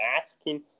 asking